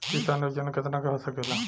किसान योजना कितना के हो सकेला?